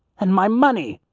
and my money!